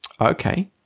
Okay